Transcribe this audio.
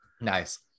Nice